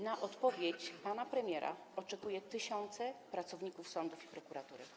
Na odpowiedź pana premiera oczekują tysiące pracowników sądów i prokuratury.